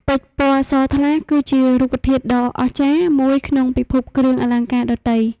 ពេជ្រ ពណ៌សថ្លា គឺជារូបធាតុដ៏អស្ចារ្យមួយក្នុងពីភពគ្រឿងអលង្ការដទៃ។